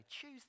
choose